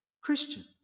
Christian